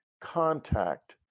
contact